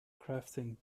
crafting